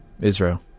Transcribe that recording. Israel